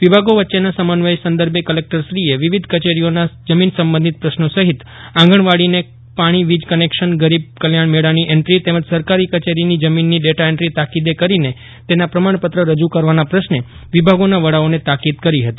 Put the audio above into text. વિભાગો વચ્ચેના સમન્વય સંદર્ભે કલેકટર શ્રીએ વિવિધ કચેરીઓના જમીન સંબંધિત પ્રશ્નો સહિત આંગણવાડીને પાણી વીજ કનેકશન ગરીબ કલ્યાણ મેળાની એન્દ્રી તેમજ સરકારી કયેરીની જમીનની ડેટાએન્દ્રી તાકીદે કરીને તેના પ્રમાણપત્ર રજૂ કરવાના પ્રશ્ને વિભાગોના વડાઓને તાકીદ કરી હતી